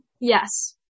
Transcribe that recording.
Yes